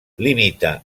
limita